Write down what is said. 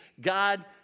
God